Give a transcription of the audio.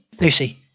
Lucy